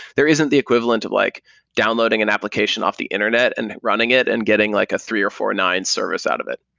there isn't the equivalent of like downloading an application off the internet and running it and getting like a three of four nine service out of it,